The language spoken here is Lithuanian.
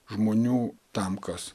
žmonių tam kas